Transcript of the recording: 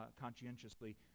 conscientiously